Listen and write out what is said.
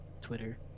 twitter